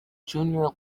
junior